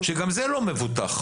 וגם זה לא מבוטח.